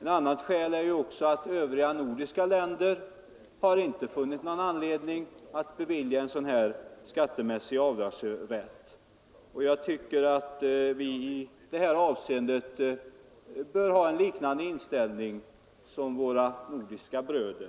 Ett annat skäl är att övriga nordiska länder inte funnit någon anledning att bevilja sådana här skattemässiga avdrag. Jag tycker att vi i detta avseende bör ha samma inställning som våra nordiska bröder.